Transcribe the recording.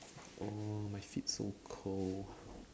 oh my feet so cold